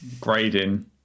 grading